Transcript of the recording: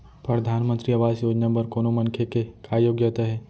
परधानमंतरी आवास योजना बर कोनो मनखे के का योग्यता हे?